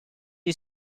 you